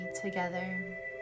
together